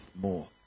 more